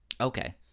okay